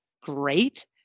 great